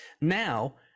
Now